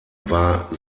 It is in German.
war